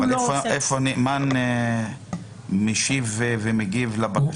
--- איפה הנאמן משיב ומגיב לבקשה?